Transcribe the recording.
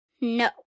No